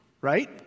right